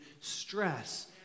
stress